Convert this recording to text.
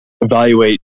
evaluate